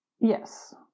Yes